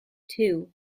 two